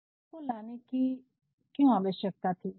इस नीति को लाने की क्यों आवश्यकता थी